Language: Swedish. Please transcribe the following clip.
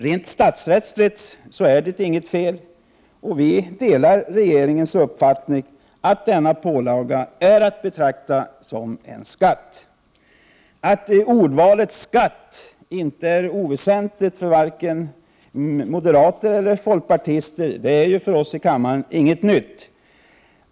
Rent statsrättsligt är det inte något fel, och vi delar regeringens uppfattning att denna pålaga är att betrakta som skatt. Att ordvalet, skatt, inte är oväsentligt för vare sig moderater eller folkpartister är för oss i kammaren inget nytt.